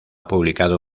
publicado